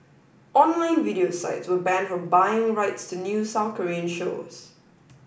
online video sites were banned from buying rights to new South Korean shows